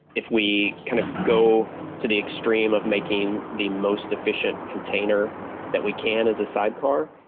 if we kind of go to the extreme of making the most efficient container that we can as a sidecar,